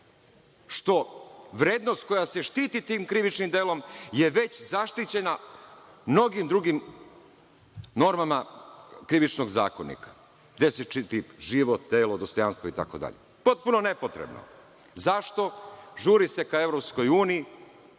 što vrednost koja se štiti tim krivičnim delom je već zaštićena mnogim drugim normama Krivičnog zakonika, gde se štiti život, telo, dostojanstvo itd. Potpuno nepotrebno.Zašto? Žuri se ka EU, a vi